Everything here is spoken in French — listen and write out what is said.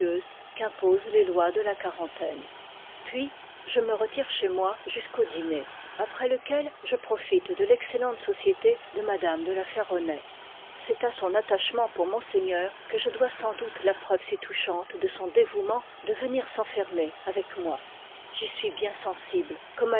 qu'imposent les lois de la quarantaine puis je me retire chez moi jusqu'au dîner après lequel je profite de l'excellente société de mtm de la ferronnays c'est à son attal'iv i chement pour monseigneur ique je dois sans doute la preuve si touchante de son dévouement de venir s'enfermer avec moi j'y suis bien sensible comme